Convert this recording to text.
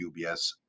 UBS